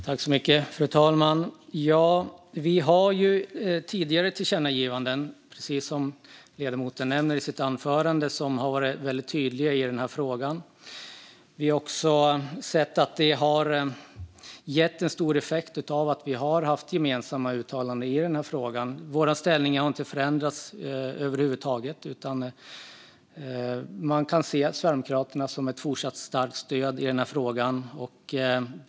Fru talman! Precis som ledamoten nämnde i sitt anförande har vi ju tidigare föreslagit tillkännagivanden som har varit väldigt tydliga i den här frågan. Vi har också sett att det har gett stor effekt att vi har haft gemensamma uttalanden. Vårt ställningstagande har inte förändrats över huvud taget, utan man kan se Sverigedemokraterna som ett fortsatt starkt stöd i den här frågan.